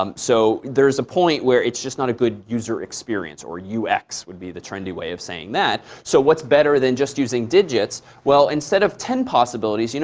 um so there's a point where it's just not a good user experience or ux would be the trendy way of saying that. so what's better than just using digits? well, instead of ten possibilities, you know